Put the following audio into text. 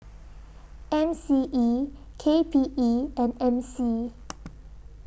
M C E K P E and M C